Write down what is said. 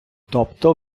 тобто